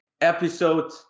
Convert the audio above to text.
episode